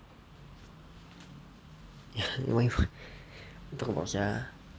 what are you talk about sia